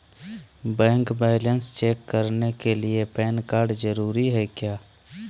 Bank balance check करने के लिए पैन कार्ड जरूरी है क्या?